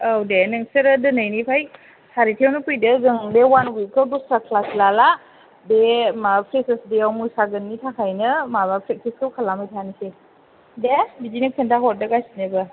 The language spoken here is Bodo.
औ दे नोंसोरो दिनैनिफ्राय सारिथायावनो फैदो जों बे वान उइखखौ दस्रा ख्लास लाला बे माबा फ्रेसार्स देयाव मोसागोननि थाखायनो माबा फ्रेखथिसखौ खालामबाय थानोसै दे बिदिनो खोन्था हरदो गासिनोबो